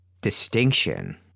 distinction